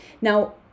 now